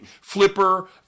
Flipper